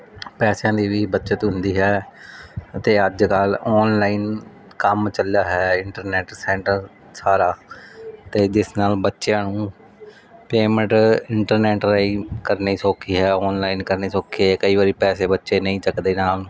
ਪੈਸਿਆਂ ਦੀ ਵੀ ਬੱਚਤ ਹੁੰਦੀ ਹੈ ਤੇ ਅੱਜ ਕੱਲ ਔਨਲਾਈਨ ਕੰਮ ਚੱਲਿਆ ਹੈ ਇੰਟਰਨੈਟ ਸੈਂਟਰ ਸਾਰਾ 'ਤੇ ਜਿਸ ਨਾਲ ਬੱਚਿਆਂ ਨੂੰ ਪੇਮੈਂਟ ਇੰਟਰਨੈਟ ਰਾਹੀਂ ਕਰਨੀ ਸੌਖੀ ਹੈ ਔਨਲਾਈਨ ਕਰਨੀ ਸੌਖੀ ਐ ਜਾਂ ਕਈ ਵਾਰੀ ਪੈਸੇ ਬੱਚੇ ਨਹੀਂ ਚੱਕਦੇ ਨਾਲ